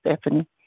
Stephanie